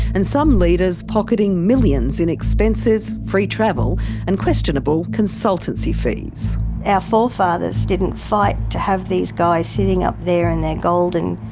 and some leaders pocketing millions in expenses, free travel and questionable consultancy our forefathers didn't fight to have these guys sitting up there in their golden